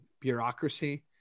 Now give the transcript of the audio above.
bureaucracy